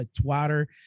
Twitter